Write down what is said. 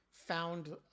found